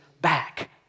back